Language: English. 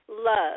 love